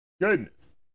Goodness